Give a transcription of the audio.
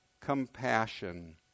compassion